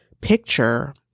picture